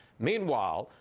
meanwhile,